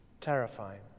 Terrifying